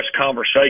conversation